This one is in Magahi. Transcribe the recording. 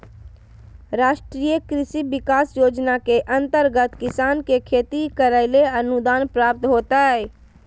राष्ट्रीय कृषि विकास योजना के अंतर्गत किसान के खेती करैले अनुदान प्राप्त होतय